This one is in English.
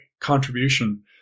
contribution